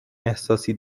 احساسی